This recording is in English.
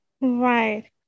Right